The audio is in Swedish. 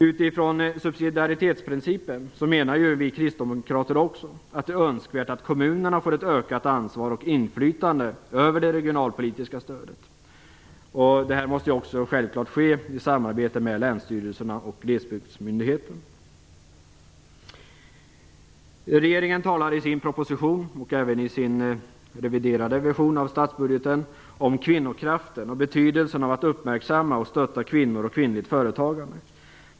Utifrån subsidiaritetsprincipen menar vi kristdemokrater också att det är önskvärt att kommunerna får ett ökat ansvar och inflytande över det regionalpolitiska stödet. Detta måste självklart ske i samarbete med länsstyrelserna och Glesbygdsmyndigheten. Regeringen talar i sin proposition och även i sin reviderade version av statsbudgeten om kvinnokraften och betydelsen av att uppmärksamma och stötta kvinnor och kvinnligt företagande.